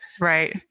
Right